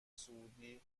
سعودی